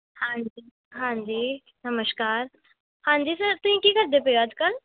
ਹਾਂਜੀ ਹਾਂਜੀ ਨਮਸਕਾਰ ਹਾਂਜੀ ਸਰ ਤੁਸੀਂ ਕੀ ਕਰਦੇ ਪਏ ਹੋ ਅੱਜ ਕੱਲ੍ਹ